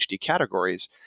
categories